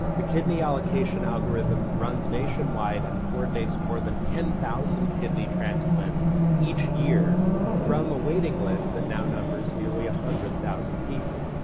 the kidney allocation algorithm runs nationwide and coordinates more than ten thousand kidney transplants each year from a waiting list that now numbers nearly one ah hundred thousand people.